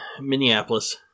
Minneapolis